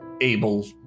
able